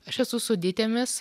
aš esu su ditėmis